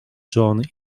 john